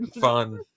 fun